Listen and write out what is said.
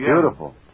beautiful